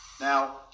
Now